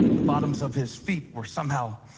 the bottoms of his feet were somehow